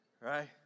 right